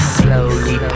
slowly